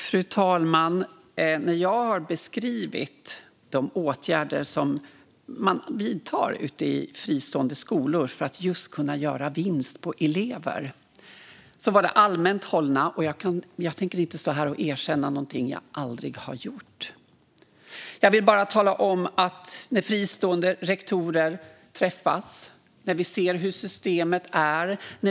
Fru talman! När jag har beskrivit de åtgärder som man vidtar ute i fristående skolor för att just kunna göra vinst på elever var det allmänt hållet. Jag tänker inte stå här och erkänna någonting som jag aldrig har gjort. Jag vill bara tala om när fristående rektorer träffas och när vi ser hur systemet är.